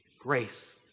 grace